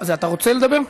אתה רוצה לדבר?